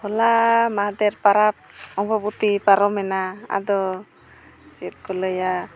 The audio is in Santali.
ᱦᱚᱞᱟ ᱢᱟᱦᱫᱮᱨ ᱯᱚᱨᱚᱵᱽ ᱟᱢᱵᱟᱵᱚᱛᱤ ᱯᱟᱨᱚᱢᱮᱱᱟ ᱟᱫᱚ ᱪᱮᱫ ᱠᱚ ᱞᱟᱹᱭᱟ